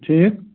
ٹھیٖک